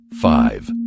five